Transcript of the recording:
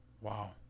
Wow